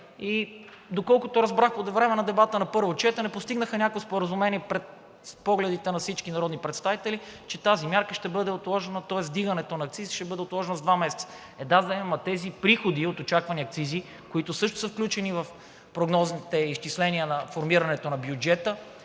Доколкото разбрах, по време на дебата на първо четене постигнаха някакво споразумение пред погледите на всички народни представители, че тази мярка ще бъде отложена, тоест вдигането на акциза ще бъде отложено с два месеца. Е, да де, ама тези приходи от очаквани акцизи, които също са включени в прогнозните изчисления на формирането на бюджета,